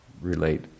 relate